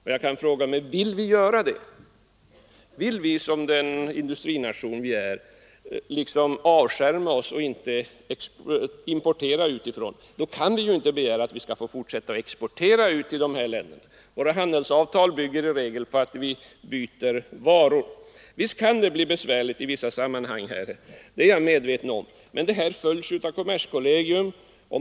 Vill vi för övrigt göra det? Om vi som den industrination vi är vill avskärma oss och inte importera utifrån, kan vi inte begära att få fortsätta att exportera till dessa andra länder. Våra handelsavtal bygger i regel på varuutbyte. Visst kan konkurrensen från låglöneländerna bli besvärlig i vissa sammanhang, det är jag medveten om, men dessa frågor följs av kommerskollegium.